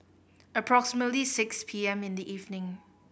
approximately six P M in the evening